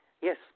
Yes